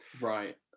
Right